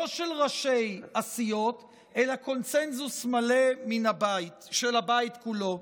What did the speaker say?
לא של ראשי הסיעות אלא קונסנזוס מלא של הבית כולו.